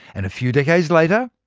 and a few decades later,